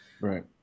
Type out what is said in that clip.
Right